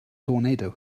tornado